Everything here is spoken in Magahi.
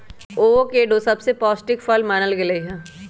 अवोकेडो सबसे पौष्टिक फल मानल गेलई ह